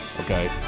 Okay